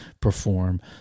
perform